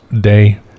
day